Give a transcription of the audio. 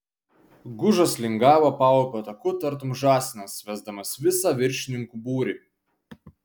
gužas lingavo paupio taku tartum žąsinas vesdamas visą viršininkų būrį